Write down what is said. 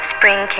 Spring